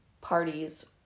parties